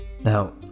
now